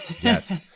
Yes